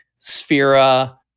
Sphera